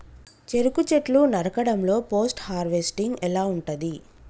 చెరుకు చెట్లు నరకడం లో పోస్ట్ హార్వెస్టింగ్ ఎలా ఉంటది?